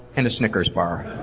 and a snickers bar.